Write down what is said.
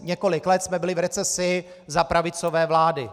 Několik let jsme byli v recesi za pravicové vlády.